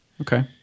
Okay